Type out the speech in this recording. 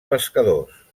pescadors